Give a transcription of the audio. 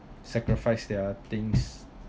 sacrifice their things